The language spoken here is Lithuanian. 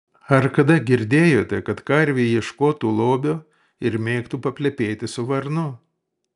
ar kada girdėjote kad karvė ieškotų lobio ir mėgtų paplepėti su varnu